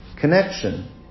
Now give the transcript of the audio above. connection